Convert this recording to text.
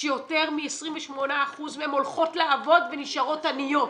שיותר מ-28% מהן הולכות לעבוד ונשארות עניות,